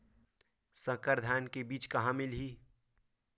संकर धान के बीज कहां मिलही?